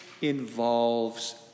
involves